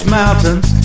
mountains